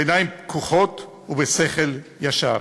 בעיניים פקוחות ובשכל ישר.